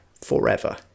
forever